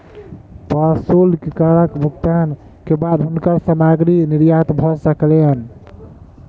प्रशुल्क करक भुगतान के बाद हुनकर सामग्री निर्यात भ सकलैन